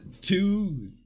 two